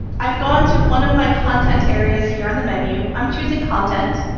i've gone to one of my content areas here on the menu. i'm choosing content.